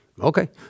Okay